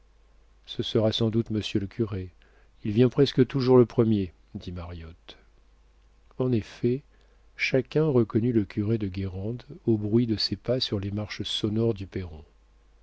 ce sera sans doute monsieur le curé il vient presque toujours le premier dit mariotte en effet chacun reconnut le curé de guérande au bruit de ses pas sur les marches sonores du perron